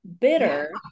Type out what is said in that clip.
bitter